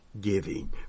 giving